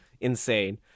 insane